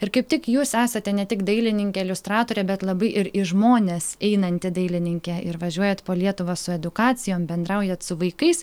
ir kaip tik jūs esate ne tik dailininkė iliustratorė bet labai ir į žmones einanti dailininkė ir važiuojat po lietuvą su edukacijom bendraujat su vaikais